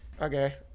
okay